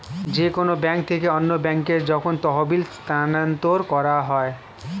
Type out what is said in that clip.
যে কোন ব্যাংক থেকে অন্য ব্যাংকে যখন তহবিল স্থানান্তর করা হয়